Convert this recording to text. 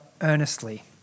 earnestly